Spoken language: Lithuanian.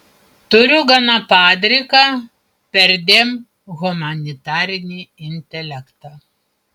turiu gana padriką perdėm humanitarinį intelektą